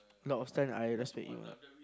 lot of stunt I respect him